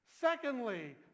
Secondly